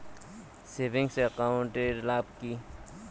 Savings account এর কি লাভ?